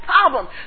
problem